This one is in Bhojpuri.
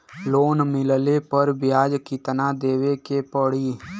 लोन मिलले पर ब्याज कितनादेवे के पड़ी?